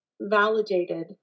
validated